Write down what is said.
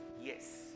yes